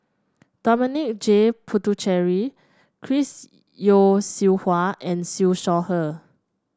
Dominic J Puthucheary Chris Yeo Siew Hua and Siew Shaw Her